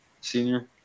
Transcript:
senior